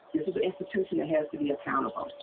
this is an institution that has to be accountable